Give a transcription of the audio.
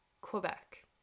Quebec